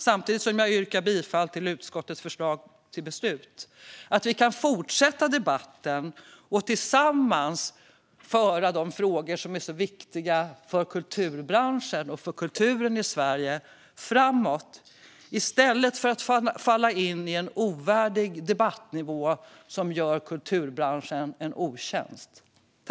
Samtidigt som jag yrkar bifall till utskottets förslag till beslut hoppas jag att vi kan fortsätta debatten och tillsammans föra de frågor som är så viktiga för kulturbranschen och kulturen i Sverige framåt, i stället för att falla in i en ovärdig debattnivå som gör kulturbranschen en otjänst.